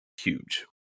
huge